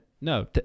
No